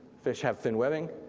fish have fin webbing,